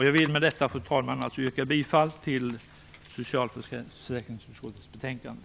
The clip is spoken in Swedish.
Jag vill med detta, fru talman, yrka bifall till socialförsäkringsutskottets betänkande.